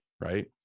Right